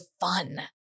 fun